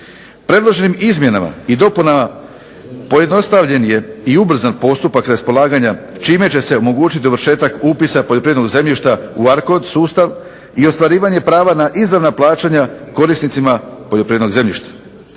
Predloženim izmjenama i dopunama pojednostavljen je i ubrzan postupak raspolaganja čime će se omogućiti dovršetak poljoprivrednog zemljišta u arcod sustav i ostvarivanje prava na izravna plaćanja korisnicima poljoprivrednog zemljišta.